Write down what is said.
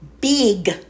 big